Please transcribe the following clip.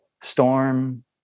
storm